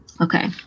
Okay